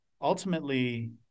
ultimately